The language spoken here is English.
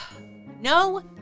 No